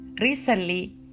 Recently